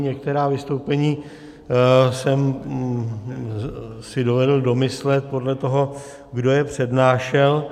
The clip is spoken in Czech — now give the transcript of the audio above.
Některá vystoupení jsem si dovedl domyslet podle toho, kdo je přednášel.